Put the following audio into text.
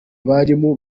barimu